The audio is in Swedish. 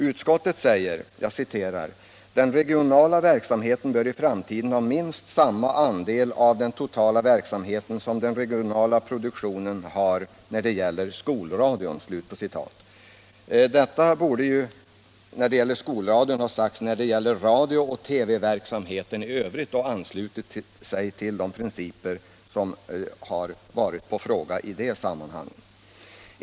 Utskottet säger: ”Den regionala verksamheten bör i framtiden ha minst samma andel av den totala verksamheten som den regionala produktionen nu har när det gäller skolradion.” Jämförelsen med skolradion borde i stället ha gjorts med radio och TV-verksamheten i övrigt och anslutits till de principer som är aktuella i det sammanhanget.